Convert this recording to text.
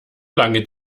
lange